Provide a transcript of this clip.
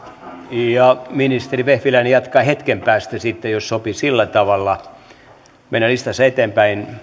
ministeri vehviläinen jatkaa hetken päästä sitten jos sopii sillä tavalla mennään listassa eteenpäin